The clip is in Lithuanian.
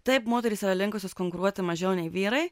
taip moterys yra linkusios konkuruoti mažiau nei vyrai